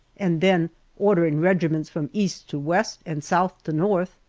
and then ordering regiments from east to west and south to north.